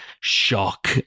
shock